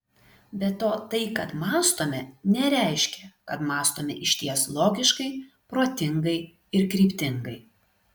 be to tai kad mąstome nereiškia kad mąstome išties logiškai protingai ir kryptingai